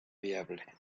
viable